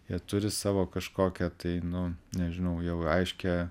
jie turi savo kažkokią tai nu nežinau jau aiškią